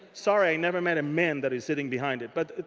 sorry, i never met a man that is sitting behind it. but,